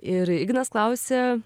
ir ignas klausė